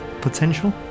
potential